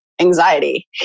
anxiety